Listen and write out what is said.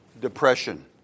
depression